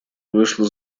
вышла